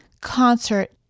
concert